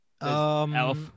Elf